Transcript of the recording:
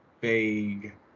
vague